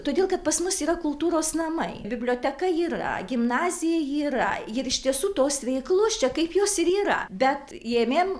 todėl kad pas mus yra kultūros namai biblioteka yra gimnazija yra ir iš tiesų tos veiklos čia kaip jos ir yra bet ėmėm